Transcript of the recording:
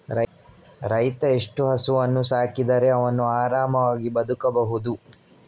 ರೈತ ಎಷ್ಟು ಹಸುವನ್ನು ಸಾಕಿದರೆ ಅವನು ಆರಾಮವಾಗಿ ಬದುಕಬಹುದು?